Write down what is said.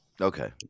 Okay